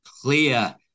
clear